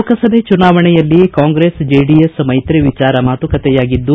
ಲೋಕಸಭೆ ಚುನಾವಣೆಯಲ್ಲಿ Congress JDS ಮೈತ್ರಿ ವಿಚಾರ ಮಾತುಕತೆಯಾಗಿದ್ದು